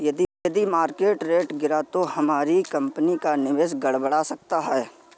यदि market rate गिरा तो हमारी कंपनी का निवेश गड़बड़ा सकता है